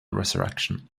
resurrection